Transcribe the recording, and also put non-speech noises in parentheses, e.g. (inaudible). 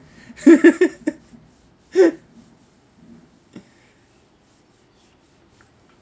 (laughs) (breath)